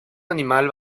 animal